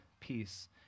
peace